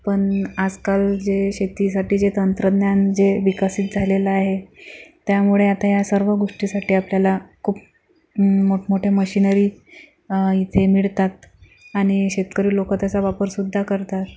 पण आजकाल जे शेतीसाठी जे तंत्रज्ञान जे विकसित झालेलं आहे त्यामुळे आता या सर्व गोष्टीसाठी आपल्याला खूप मोठमोठ्या मशिनरी इथे मिळतात आणि शेतकरी लोकं त्याचा वापर सुद्धा करतात